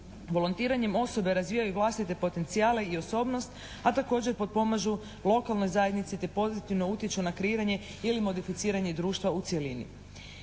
Volontiranjem osobe razvijaju i vlastite potencijale i osobnost, a također potpomažu lokalnoj zajednici te pozitivno utječu na kreiranje ili modificiranje društva u cjelini.